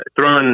throwing